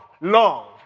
love